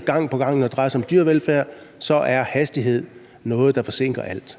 gang på gang konstatere, at når det drejer sig om dyrevelfærd, er den manglende hastighed noget, der forsinker alt.